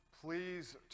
Please